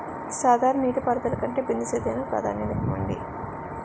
సాధారణ నీటిపారుదల కంటే బిందు సేద్యానికి ప్రాధాన్యత ఇవ్వండి